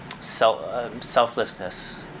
selflessness